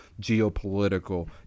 geopolitical